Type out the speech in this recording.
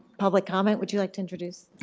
public comment? would you like to introduce?